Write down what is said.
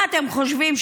מה אתם חושבים,